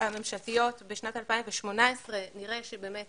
בשנת 2018 נראה שבאמת